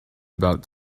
about